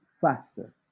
faster